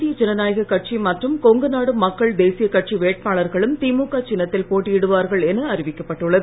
இந்திய ஜனநாயகக் கட்சி மற்றும் கொங்குநாடு மக்கள் தேசிய கட்சி வேட்பாளர்களும் திமுக சின்னத்தில் போட்டியிடுவார்கள் என அறிவிக்கப்பட்டுள்ளது